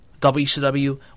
WCW